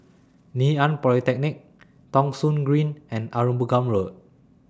Ngee Ann Polytechnic Thong Soon Green and Arumugam Road